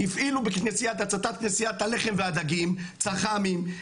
הפעילו בהצתת כנסיית הלחם והדגים צח"מים,